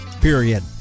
period